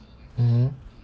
mmhmm